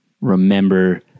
remember